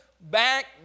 back